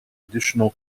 additional